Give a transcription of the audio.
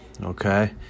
Okay